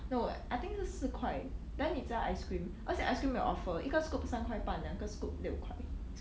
no I think 是四块 then 你加 ice cream 而且 ice cream 有 offer 一个 scoop 三块半两个 scoop 六块